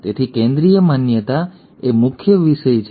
તેથી કેન્દ્રીય માન્યતા એ મુખ્ય વિષય છે